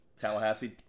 Tallahassee